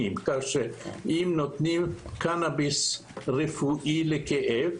כך שאם נותנים קנביס רפואי לכאב,